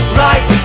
right